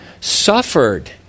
suffered